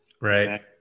right